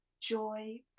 joy